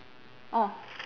orh